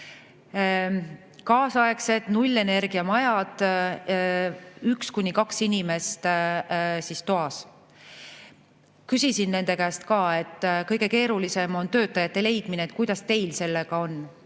kaasaegsed nullenergiamajad, 1–2 inimest toas. Küsisin nende käest, et kõige keerulisem on töötajate leidmine ja kuidas neil sellega on.